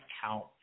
count